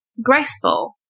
graceful